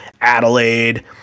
Adelaide